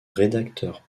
rédacteur